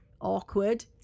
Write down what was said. awkward